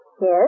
Yes